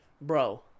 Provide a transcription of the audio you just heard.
Bro